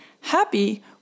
happy